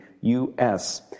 U-S